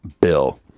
Bill